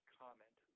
comment